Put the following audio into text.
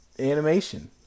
animation